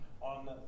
on